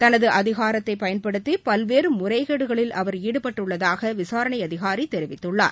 தனதுஅதிகாரத்தைபயன்படுத்திபல்வேறுமுறைகேடுகளில் அவர் ஈடுபட்டுள்ளதாகவிசாரணை அதிகாரிதெரிவித்துள்ளார்